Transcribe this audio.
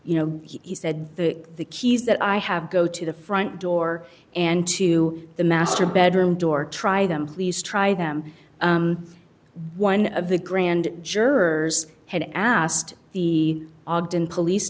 you know he said the keys that i have go to the front door and to the master bedroom door try them please try them one of the grand jurors had asked the ogden police